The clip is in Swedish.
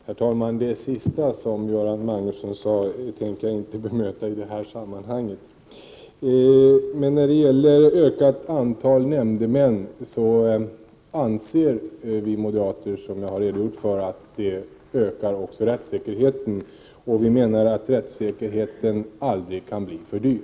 Herr talman! Det sista som Göran Magnusson sade tänker jag inte kommentera i detta sammanhang. När det gäller en ökning av antalet nämndemän, anser vi moderater — som jag tidigare sagt — att det också ökar rättssäkerheten. Vi menar att rättssäkerheten aldrig kan bli för dyr.